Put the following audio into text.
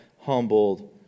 humbled